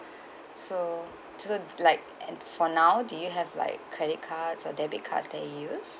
so so like and for now do you have like credit cards or debit cards that you use